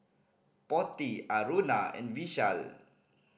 Potti Aruna and Vishal